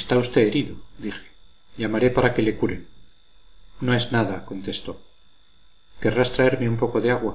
está usted herido dije llamaré para que le curen no es nada contestó querrás traerme un poco de agua